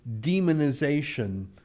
demonization